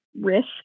risk